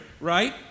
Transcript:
right